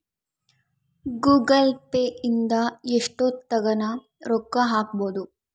Google Pay ಇಂದ ಎಷ್ಟೋತ್ತಗನ ರೊಕ್ಕ ಹಕ್ಬೊದು